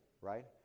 right